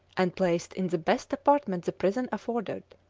and placed in the best apartment the prison afforded.